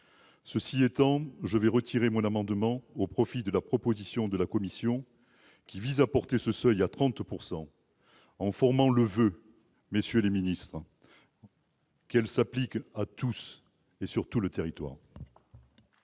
Cela étant, je retire mon amendement au profit de la proposition de la commission, qui vise à porter le seuil à 30 %. Je forme le voeu, messieurs les ministres, qu'elle s'applique à tous et sur tout le territoire.